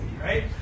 right